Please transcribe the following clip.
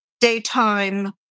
daytime